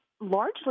largely